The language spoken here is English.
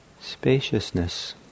spaciousness